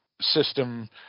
system